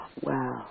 Wow